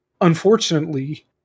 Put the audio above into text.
unfortunately